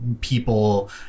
people